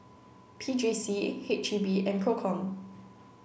P J C H E B and PROCOM